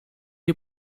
die